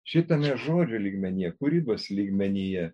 šitame žodžių lygmenyje kūrybos lygmenyje